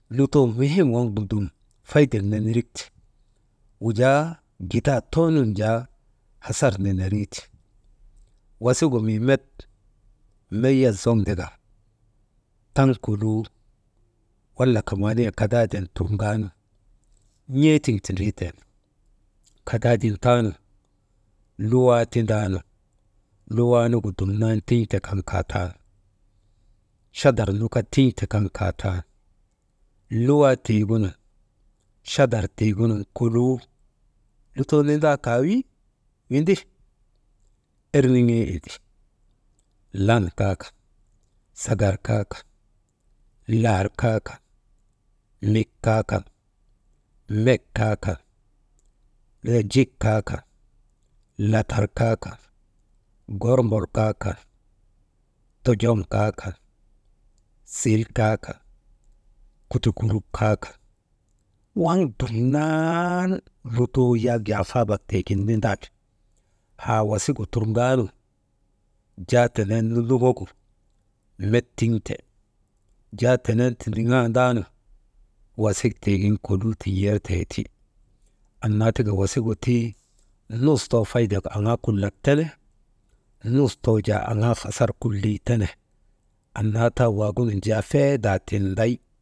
Lutoo muhin waŋgu dum faydek nenerik ti, wujaa gidaa too nun jaa hasar nenerii ti, wasik gu mii met mayas zoŋdika taŋ kolii wala kadaaden torŋaanu n̰ee tiŋ tindrii teenu kadaaden taanu luwaa tindaanu, luwaa nugu dumnan tin̰te kaŋ kaatan chadar nu kaa tin̰te kaŋ kaatan, luwaa tiigunu chadar tiigunun koluu lutoo nindaa kaa wi, windi, erniŋee windi, lan kaa kan, sagar kaa kan, laar kaakan, mik kaa kan, mek kaa kan, wujaa jik kaa kan, latar kaa kan gormbol kaa kan, tojom kaa kan, sil kaa kan kutukuruk kaa kan, waŋ dumnaan lutoo yak jaa kaabak tiigin nindaa ti. Haa wasik gu turŋaanu jaa tenen nunduŋogu met tiŋte, jaa tenen tindiŋandaanu wasik tiigin koluu tin̰ertee ti, annaa tika wasigu tii nus too faydek aŋaa kulak tene, nus too jaa aŋaa hasar kulley tene annaa taa waagunun jaa feedaa tinday.